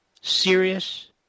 serious